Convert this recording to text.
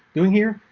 doing here.